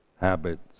habits